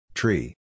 Tree